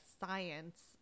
science